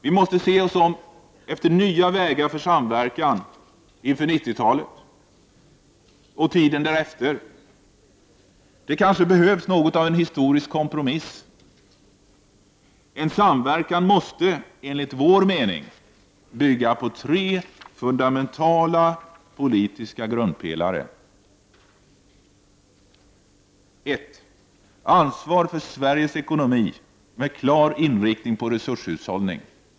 Vi måste se oss om efter nya vägar för samverkan för 90-talet och tiden därefter. Det kanske behövs något av en historisk kompromiss. En samverkan måste enligt vår mening bygga på tre fundamentala politiska grundpelare: 1. Ansvar för Sveriges ekonomi med en klar inriktning på resurshushållning.